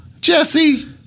Jesse